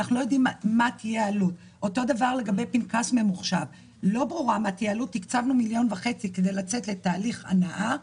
אותו דבר לגבי פנקס ממוחשב שתקצבנו מיליון וחצי כדי לצאת לתהליך הנעה.